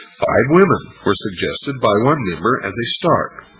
five women were suggested by one member, as a start.